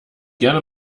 gerne